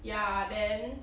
ya then